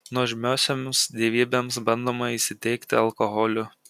nuožmiosioms dievybėms bandoma įsiteikti alkoholiu